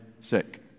sick